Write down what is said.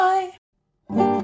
Bye